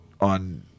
on